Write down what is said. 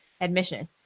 admission